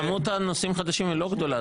כמות הנושאים החדשים לא גדולה,